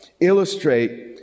illustrate